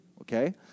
okay